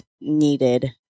needed